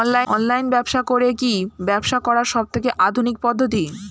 Online ব্যবসা করে কি ব্যবসা করার সবথেকে আধুনিক পদ্ধতি?